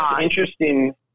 interesting